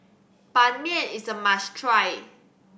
Ban Mian is a must try